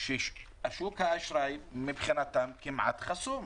שוק האשראי מבחינתם כמעט חסום.